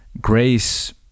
Grace